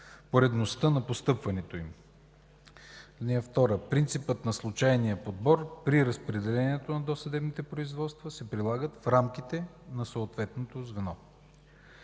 поредността на постъпването им. (2) Принципът на случайния подбор при разпределението на досъдебните производства се прилага в рамките на съответното звено.”